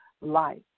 life